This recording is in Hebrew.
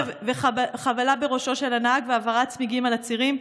שוד של רכב וחבלה בראשו של הנהג והבערת צמיגים על הצירים.